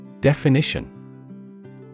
Definition